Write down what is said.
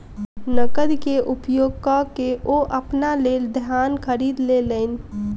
नकद के उपयोग कअ के ओ अपना लेल धान खरीद लेलैन